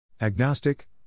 Agnostic